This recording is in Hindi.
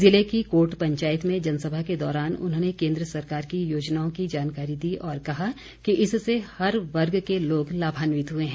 जिले की कोट पंचायत में जनसभा के दौरान उन्होंने केन्द्र सरकार की योजनाओं की जानकारी दी और कहा कि इससे हर वर्ग के लोग लाभान्वित हुए हैं